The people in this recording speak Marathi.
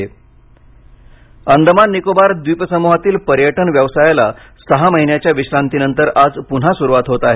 अंदमान निकोबार पर्यटन अंदमान निकोबार द्वीपसमूहातील पर्यटन व्यवसायाला सहा महिन्याच्या विश्रांतीनंतर आज पुन्हा सुरुवात होत आहे